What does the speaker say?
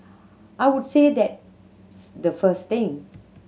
I would say that the first thing